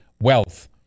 wealth